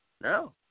No